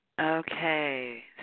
Okay